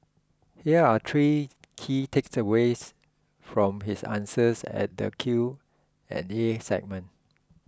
here are three key takeaways from his answers at the Q and the A segment